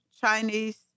Chinese